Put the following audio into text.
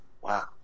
Wow